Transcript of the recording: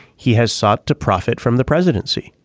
he has sought to profit from the presidency.